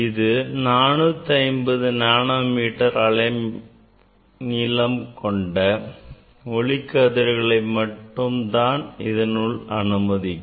இது 405 நானோமீட்டர் அலைநீளம் உள்ள ஒளிக் கதிர்களை மட்டும் தான் இதனுள் அனுமதிக்கும்